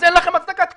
אז אין לכם הצדקת קיום.